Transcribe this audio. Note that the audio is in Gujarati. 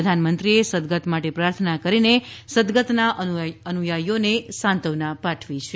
પ્રધાનમંત્રીએ સદગત માટે પ્રાર્થના કરીને સદગતના અનુયાયીઓને સાંત્વના પાઠવી છે